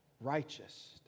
righteous